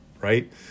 right